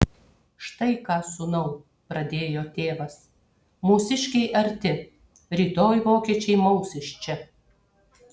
štai ką sūnau pradėjo tėvas mūsiškiai arti rytoj vokiečiai maus iš čia